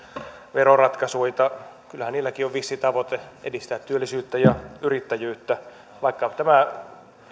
veroratkaisuita kyllähän niilläkin on vissi tavoite edistää työllisyyttä ja yrittäjyyttä jos otetaan vaikka tämä